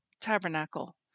tabernacle